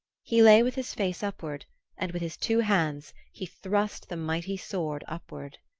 he lay with his face upward and with his two hands he thrust the mighty sword upward.